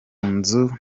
nzu